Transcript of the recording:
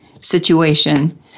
situation